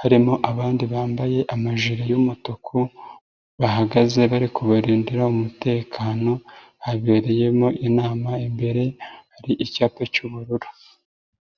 harimo abandi bambaye amajire y'umutuku, bahagaze bari kubarindira umutekano habereyemo inama imbere hari icyapa cy'ubururu.